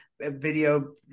video